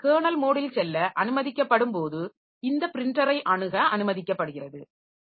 program kernel மோடில் செல்ல அனுமதிக்கப்படும் போது இந்த பிரின்ட்டரை அணுக அனுமதிக்கப்படுகிறது